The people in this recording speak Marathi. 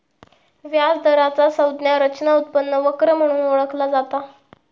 व्याज दराचा संज्ञा रचना उत्पन्न वक्र म्हणून ओळखला जाता